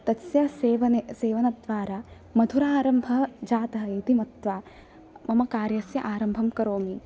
तस्य सेवने सेवनद्वारा मधुरारम्भः जातः इति मत्वा मम कार्यस्य आरम्भं करोमि